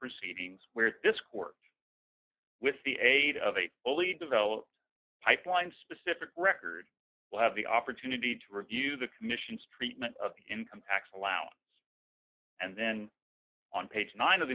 proceedings where this court with the aid of a only developed pipeline specific record will have the opportunity to review the commission's treatment of income tax allowance and then on page nine of